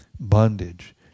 bondage